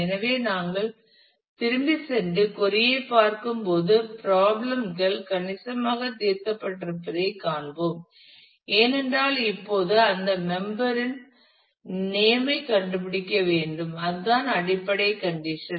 எனவே நாங்கள் திரும்பிச் சென்று கொறி ஐ பார்க்கும்போது ப்ராப்ளம் கள் கணிசமாக தீர்க்கப்பட்டிருப்பதைக் காண்போம் ஏனென்றால் இப்போது அந்த மெம்பர் இன் நேம் ஐ கண்டுபிடிக்க வேண்டும் இதுதான் அடிப்படை கண்டிஷன்